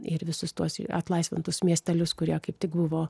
ir visus tuos atlaisvintus miestelius kurie kaip tik buvo